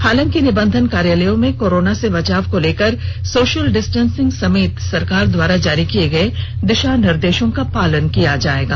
हालांकि निबंधन कार्यालयों में कोरोना से बचाव को लेकर सोशल डिस्टेंसिंग समेत सरकार द्वारा जारी किए गए दिशा निर्देशों का पालन किया जाएगा